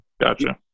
gotcha